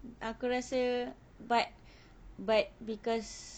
aku rasa but but because